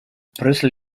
brüssel